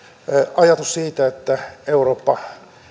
ajatus siitä että eurooppa